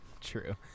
True